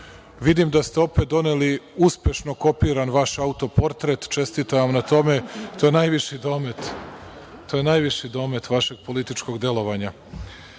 da ste opet doneli uspešno kopiran vaš autoportret. Čestitam vam na tome, to je najviši domet vašeg političkog delovanja. Govorili